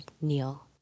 Neil